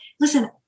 listen